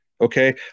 okay